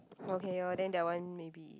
okay lor then that one maybe